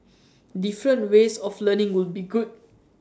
different ways of learning would be good